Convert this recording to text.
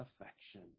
affection